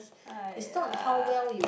!aiya!